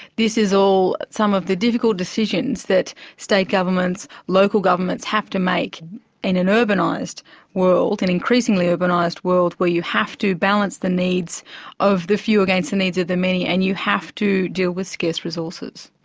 this is all some of the difficult decisions that state governments, local governments have to make in an urbanised world, an increasingly urbanised world where you have to balance the needs of the few against the needs of the many, and you have to deal with scarce resources.